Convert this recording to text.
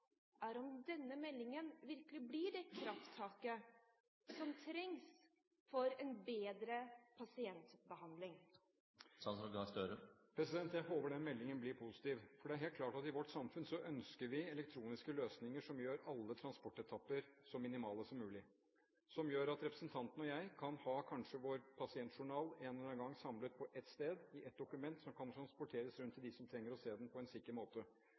om denne meldingen virkelig blir det krafttaket som trengs for en bedre pasientbehandling. Jeg håper den meldingen blir positiv. Det er helt klart at i vårt samfunn ønsker vi elektroniske løsninger som gjør alle transportetapper så minimale som mulig, som gjør at representanten og jeg kanskje kan ha vår pasientjournal – en eller annen gang – samlet på ett sted, i et dokument, som kan transporteres rundt til dem som trenger å se den, på en sikker måte.